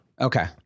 Okay